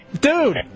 Dude